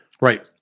Right